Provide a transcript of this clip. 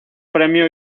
premio